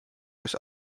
bis